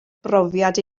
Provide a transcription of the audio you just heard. brofiad